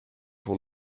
pour